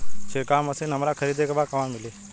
छिरकाव मशिन हमरा खरीदे के बा कहवा मिली?